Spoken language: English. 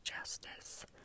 justice